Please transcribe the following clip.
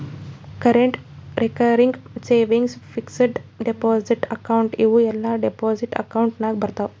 current, recurring, savings, fixed deposit account ಇವೂ ಎಲ್ಲಾ deposit account ನಾಗ್ ಬರ್ತಾವ್